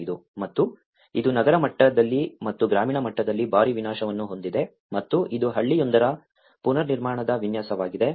5 ಮತ್ತು ಇದು ನಗರ ಮಟ್ಟದಲ್ಲಿ ಮತ್ತು ಗ್ರಾಮೀಣ ಮಟ್ಟದಲ್ಲಿ ಭಾರಿ ವಿನಾಶವನ್ನು ಹೊಂದಿದೆ ಮತ್ತು ಇದು ಹಳ್ಳಿಯೊಂದರ ಪುನರ್ನಿರ್ಮಾಣದ ವಿನ್ಯಾಸವಾಗಿದೆ